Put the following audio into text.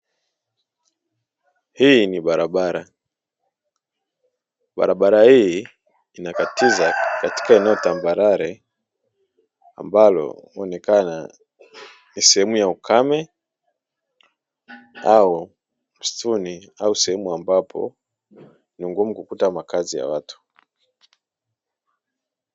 Hii ni barabara, barabara hii inakatiza katika eneo tambarare ambalo huonekana ni sehemu ya ukame, au msituni au sehemu ambapo ni ngumu kukuta makazi ya watu.